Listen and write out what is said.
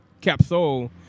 Capsule